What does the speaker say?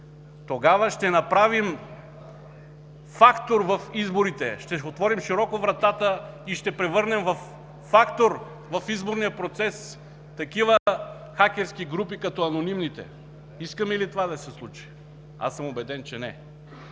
купуване на гласове. Тогава ще отворим широко вратата и ще превърнем във фактор в изборния процес такива хакерски групи като „Анонимните”. Искаме ли това да се случи? Аз съм убеден, че – не.